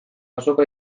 azoka